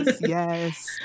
yes